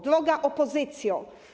Droga Opozycjo!